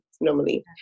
normally